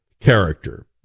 character